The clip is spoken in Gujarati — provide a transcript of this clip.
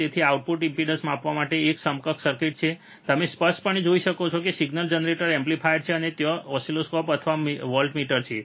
તેથી આ આઉટપુટ ઇમ્પેડન્સને માપવા માટે એક સમકક્ષ સર્કિટ છે તમે સ્પષ્ટપણે જોઈ શકો છો કે સિગ્નલ જનરેટર એમ્પ્લીફાયર છે અને ત્યાં ઓસિલોસ્કોપ અથવા વોલ્ટમીટર છે